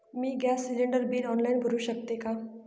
मी gas cylinder bill online भरु शकते का?